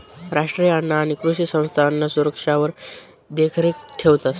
राष्ट्रीय अन्न आणि कृषी संस्था अन्नसुरक्षावर देखरेख ठेवतंस